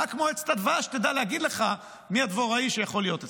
רק מועצת הדבש תדע להגיד לך מי הדבוראי שיכול להיות אצלך.